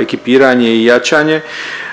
ekipiranje i jačanje